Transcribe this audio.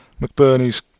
McBurney's